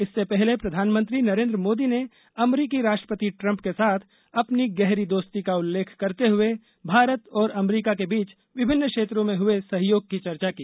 इससे पहले प्रधानमंत्री नरेन्द्र मोदी ने अमरीकी राष्ट्रपति ट्रम्प के साथ अपनी गहरी दोस्ती का उल्लेख करते हुए भारत और अमरीका के बीच विभिन्न क्षेत्रों में हुए सहयोग की चर्चा की